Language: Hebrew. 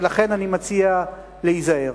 ולכן אני מציע להיזהר.